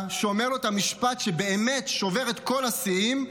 שאומר לו את המשפט שבאמת שובר את כל השיאים: